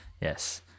Yes